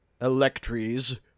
electries